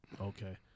Okay